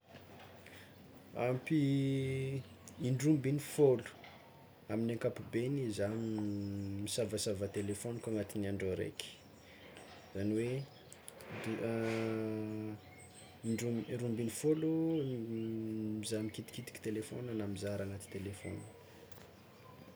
Ampy indroa ambiny fôlo amin'ny ankapobeny zah misavasava telefôniko agnatin'ny andro araiky, izany hoe indro- roa ambiny folo mizaha mikitikitiky telefôny na mizaha raha agnaty telefôna.